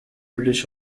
british